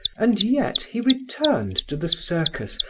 and yet he returned to the circus,